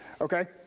Okay